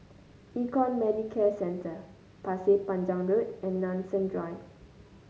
Econ Medicare Centre Pasir Panjang Road and Nanson Drive